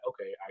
okay